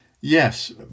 Yes